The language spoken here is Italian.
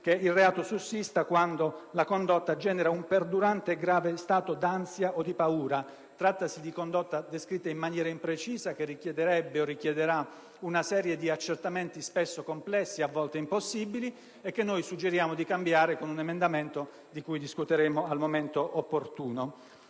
che il reato sussista quando la condotta genera un perdurante e grave stato d'ansia o di paura; trattasi di condotta descritta in maniera imprecisa, che richiederebbe, o richiederà, una serie di accertamenti, spesso complessi, a volte impossibili, e che noi suggeriamo di cambiare con un emendamento di cui discuteremo al momento opportuno.